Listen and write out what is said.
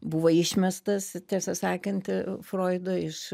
buvo išmestas tiesą sakant froido iš